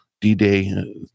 D-Day